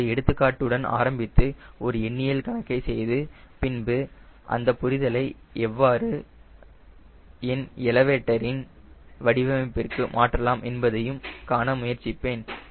நான் ஒரு எடுத்துக்காட்டு உடன் ஆரம்பித்து ஒரு எண்ணியல் கணக்கை செய்து பின்பு அந்தப் புரிதலை எவ்வாறு என எலவேடரின் வடிவமைப்பிற்கு மாற்றலாம் என்பதையும் காண முயற்சிப்பேன்